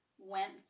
went